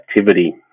activity